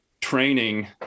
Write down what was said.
training